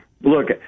look